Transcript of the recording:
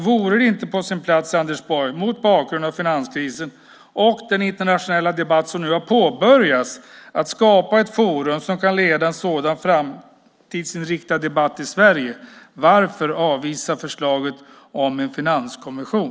Vore det inte på sin plats, Anders Borg, mot bakgrund av finanskrisen och den internationella debatt som nu har påbörjats att skapa ett forum som kan leda en sådan framtidsinriktad debatt i Sverige? Varför avvisa förslaget om en finanskommission?